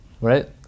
right